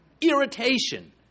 irritation